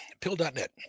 pill.net